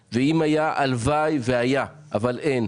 הלוואי והיה, אבל אין.